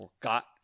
Forgot